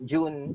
June